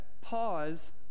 pause